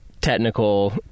technical